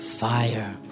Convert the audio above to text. fire